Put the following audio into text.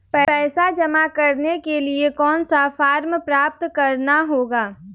पैसा जमा करने के लिए कौन सा फॉर्म प्राप्त करना होगा?